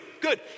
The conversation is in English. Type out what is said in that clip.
Good